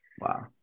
Wow